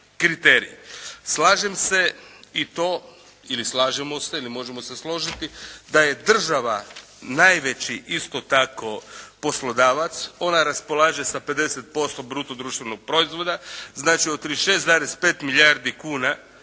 kriterij. Slažem se i to ili slažemo se ili možemo se složiti, da je država najveći isto tako poslodavac. Ona raspolaže sa 50% bruto društvenog proizvoda. Znači od 36,5 milijardi eura